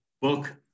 book